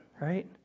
right